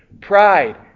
Pride